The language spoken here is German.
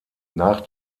nach